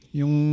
yung